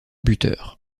buteur